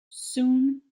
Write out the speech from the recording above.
soon